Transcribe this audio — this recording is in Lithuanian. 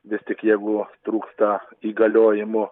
vis tik jeigu trūksta įgaliojimų